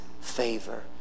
favor